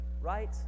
right